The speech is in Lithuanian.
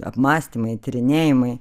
apmąstymai tyrinėjimai